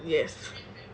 yes